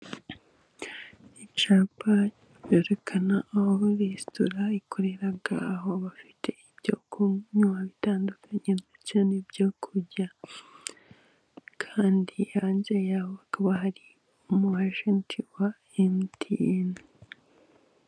Icyapa cyerekana aho resitora ikorera aho bafite ibyo kunywa bitandukanye ndetse n'ibyo kurya, kandi hanze y'aho hakaba hari umwajenti wa emutiyene.